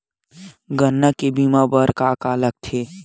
गन्ना के बीमा बर का का लगथे?